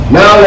Now